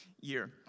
year